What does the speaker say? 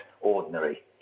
ordinary